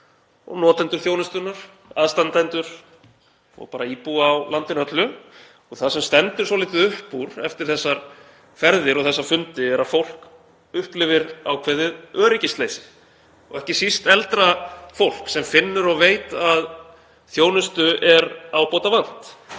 og notendur þjónustunnar, aðstandendur og bara íbúa á landinu öllu. Það sem stendur svolítið upp úr eftir þessar ferðir og þessa fundi er að fólk upplifir ákveðið öryggisleysi og ekki síst eldra fólk sem finnur og veit að þjónustu er ábótavant.